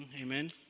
Amen